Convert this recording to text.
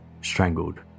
strangled